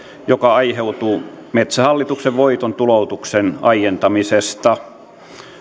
mikä aiheutuu metsähallituksen voiton tuloutuksen aientamisesta